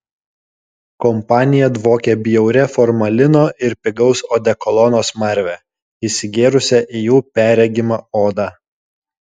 kompanija dvokė bjauria formalino ir pigaus odekolono smarve įsigėrusią į jų perregimą odą